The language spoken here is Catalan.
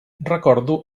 recordo